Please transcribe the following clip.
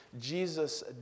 Jesus